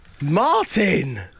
Martin